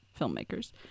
filmmakers